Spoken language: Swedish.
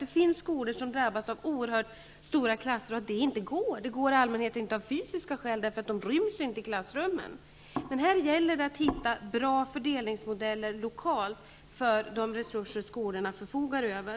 Det finns skolor som får så stora klasser att det inte går. Det går i allmänhet inte av fysiska skäl, därför att eleverna inte ryms i klassrummen. Men här gäller det att hitta bra fördelningsmodeller lokalt för de resurser som skolorna förfogar över.